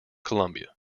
columbia